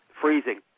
freezing